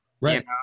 Right